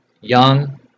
young